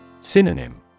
Synonym